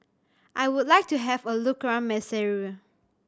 I would like to have a look around Maseru